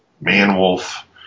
Man-Wolf